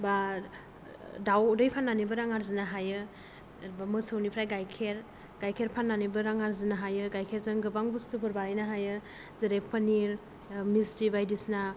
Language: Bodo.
बा दाउदै फाननानैबो रां आरजिनो हायो मोसौनिफ्राय गाइखेर गाइखेर फाननानैबो रां आरजिनो हायो गाइखेरजों गोबां बुस्टुफोर बानायनो हायो जेरै पनिर मिस्थि बायदिसिना